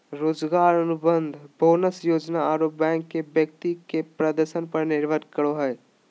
रोजगार अनुबंध, बोनस योजना आरो बैंक के व्यक्ति के प्रदर्शन पर निर्भर करो हइ